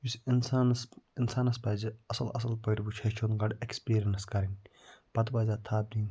یُس یہِ اِنسانَس اِنسانَس پَزِ اَصٕل اَصٕل پٲٹھۍ وٕچھ ہیٚچھُن گۄڈٕ اٮ۪کٕسپیٖریَنٕس کَرٕنۍ پَتہٕ پَزِ اَتھ تھَپھ دِنۍ